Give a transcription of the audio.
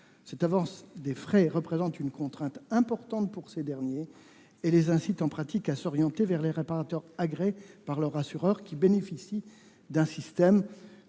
Cette avance des frais représente une contrainte importante pour ces derniers et les incite en pratique à s'orienter vers les réparateurs agréés par leur assureur, qui bénéficient d'un système